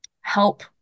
help